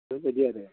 बेफोरबायदि आरो